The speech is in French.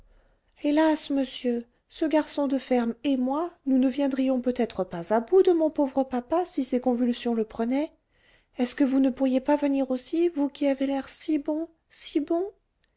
hélas monsieur ce garçon de ferme et moi nous ne viendrions peut-être pas à bout de mon pauvre papa si ses convulsions le prenaient est-ce que vous ne pourriez pas venir aussi vous qui avez l'air si bon si bon